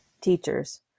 Teachers